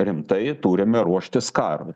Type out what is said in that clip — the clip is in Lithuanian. rimtai turime ruoštis karui